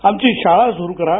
आमची शाळा सुरु करा